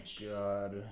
god